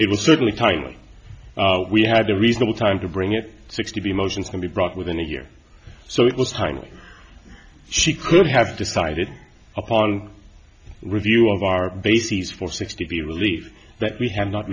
was certainly timely we had a reasonable time to bring it sixty motions can be brought within a year so it was highly she could have decided upon review of our bases for sixty relief that we have not